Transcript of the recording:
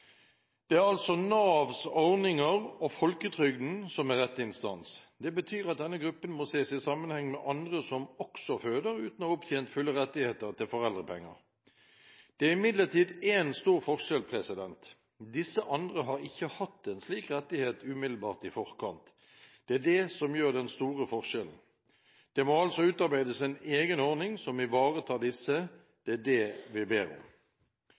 Det er altså Navs ordninger og folketrygden som er rette instans. Det betyr at denne gruppen må ses i sammenheng med andre som også føder uten å ha opptjent fulle rettigheter til foreldrepenger. Det er imidlertid én stor forskjell: Disse andre har ikke hatt en slik rettighet umiddelbart i forkant. Det er det som gjør den store forskjellen. Det må altså utarbeides en egen ordning som ivaretar disse. Det er det vi ber om.